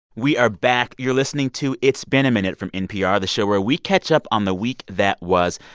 we are back. you're listening to it's been a minute from npr, the show where we catch up on the week that was.